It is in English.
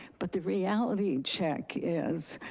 but the reality check is